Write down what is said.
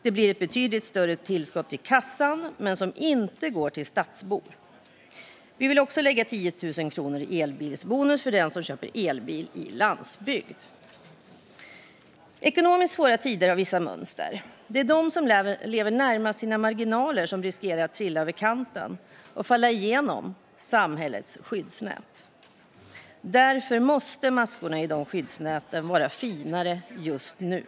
Det blir ett betydligt större tillskott till kassan, men det går inte till stadsbor. Vi vill också lägga 10 000 kronor på elbilsbonus för den som köper en elbil och bor på landsbygd. Ekonomiskt svåra tider har vissa mönster. Det är de som lever närmast sina marginaler som riskerar att trilla över kanten och falla igenom samhällets skyddsnät. Därför måste maskorna i de skyddsnäten vara finare just nu.